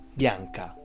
bianca